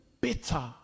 bitter